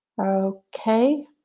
Okay